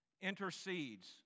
intercedes